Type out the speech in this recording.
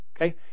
okay